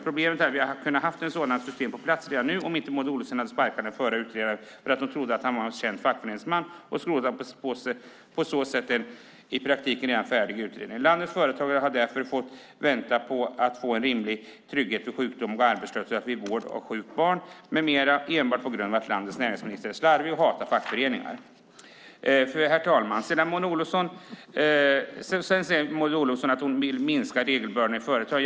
Problemet är att vi kunde ha haft ett sådant system på plats redan nu om inte Maud Olofsson hade sparkat den förre utredaren för att hon trodde att han var en känd fackföreningsman och på så sätt avstod från en i praktiken redan färdig utredning. Landets företagare har därför fått vänta på att få en rimlig trygghet vid sjukdom och arbetslöshet samt vid vård av sjukt barn med mera enbart på grund av att landets näringsminister är slarvig och hatar fackföreningar. Herr talman! Maud Olofsson säger att hon vill minska regelbördan i företag.